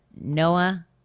Noah